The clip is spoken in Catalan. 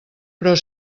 però